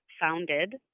founded